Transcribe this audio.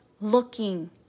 looking